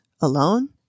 alone